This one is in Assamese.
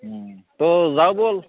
ত' যাওঁ ব'ল